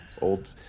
old